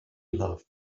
loved